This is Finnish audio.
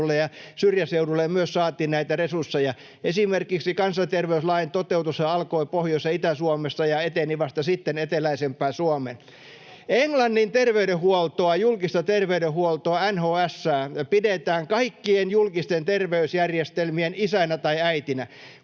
syrjäseudulle myös saatiin näitä resursseja. Esimerkiksi kansanterveyslain toteutus alkoi Pohjois- ja Itä-Suomesta ja eteni vasta sitten eteläisempään Suomeen. Englannin terveydenhuoltoa, julkista terveydenhuoltoa NHS:ää, pidetään kaikkien julkisten terveysjärjestelmien isänä tai äitinä.